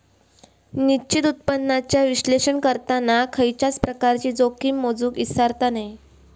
निश्चित उत्पन्नाचा विश्लेषण करताना खयच्याय प्रकारची जोखीम मोजुक इसरता नये